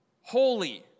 holy